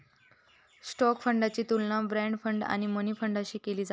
stock फंडाची तुलना bond fund आणि मनी फंडाशी केली जाता